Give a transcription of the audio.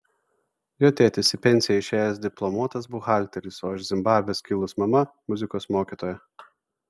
jo tėtis į pensiją išėjęs diplomuotas buhalteris o iš zimbabvės kilus mama muzikos mokytoja